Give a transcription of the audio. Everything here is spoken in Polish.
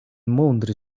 mądry